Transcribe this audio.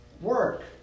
work